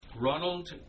Ronald